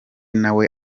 nawe